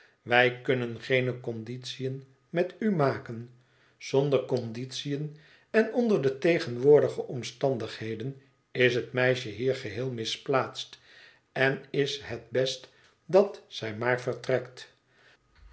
wij kunnen geene conditiën met u maken zonder conditiën en onder de tegenwoordige omstandigheden is het meisje hier geheel misplaatst en is het best dat zij maar vertrekt